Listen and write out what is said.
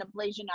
ablation